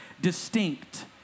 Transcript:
distinct